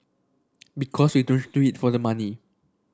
because we don't do it for the money